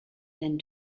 then